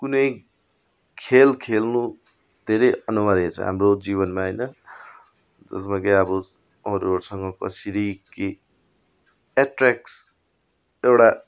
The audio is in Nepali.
कुनै खेल खेल्नु धेरै अनिवार्य छ हाम्रो जीवनमा होइन जसमा कि अब अरूहरूसँग कसरी के एट्र्याक्स एउटा